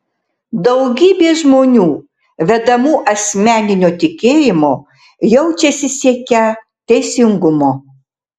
daugybė žmonių vedamų asmeninio tikėjimo jaučiasi siekią teisingumo